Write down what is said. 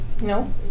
No